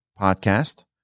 podcast